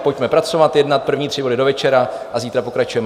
Pojďme pracovat, jednat, první tři body do večera a zítra pokračujeme.